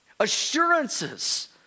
assurances